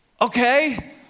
okay